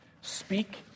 Speak